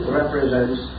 represents